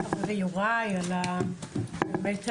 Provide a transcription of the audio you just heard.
לחברי יוראי על ההזדמנות